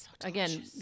Again